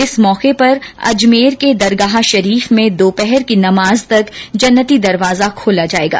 इस मौके पर अजमेर के दरगाह शरीफ में दोपहर की नमाज तक जन्नती दरवाजा खोला जाएगा